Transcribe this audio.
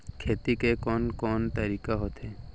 खेती के कोन कोन तरीका होथे?